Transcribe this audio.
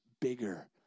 bigger